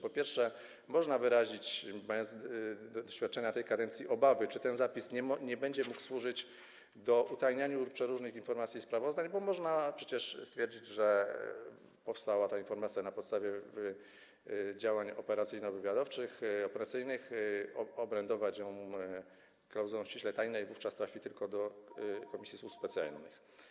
Po pierwsze, można wyrazić, mając doświadczenia tej kadencji, obawy, czy ten zapis nie będzie mógł służyć do utajniania przeróżnych informacji i sprawozdań, bo można przecież stwierdzić, że ta informacja powstała na podstawie działań operacyjno-wywiadowczych, operacyjnych, oblendować ją klauzulą „ściśle tajne” i wówczas trafi tylko do Komisji do Spraw Służb Specjalnych.